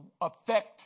affect